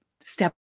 step